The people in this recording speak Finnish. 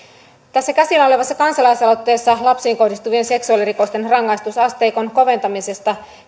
tässä käsillä olevassa kansalaisaloitteessa lapsiin kohdistuvien seksuaalirikosten rangaistusasteikon koventamisesta